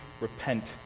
repent